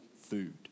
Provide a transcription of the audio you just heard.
food